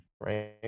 right